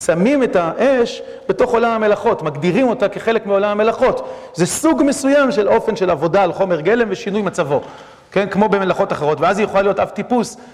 שמים את האש בתוך עולם המלאכות, מגדירים אותה כחלק מעולם המלאכות. זה סוג מסוים של אופן של עבודה על חומר גלם ושינוי מצבו. כן, כמו במלאכות אחרות. ואז היא יכולה להיות אבטיפוס.